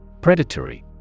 Predatory